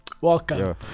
welcome